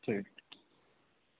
ঠিক